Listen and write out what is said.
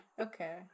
okay